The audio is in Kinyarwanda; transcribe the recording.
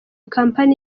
company